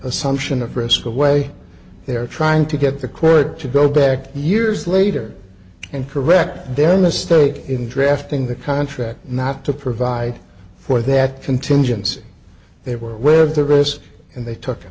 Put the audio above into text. assumption of risk away they are trying to get the court to go back years later and correct their mistake in drafting the contract not to provide for that contingency they were aware of the risks and they took